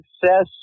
success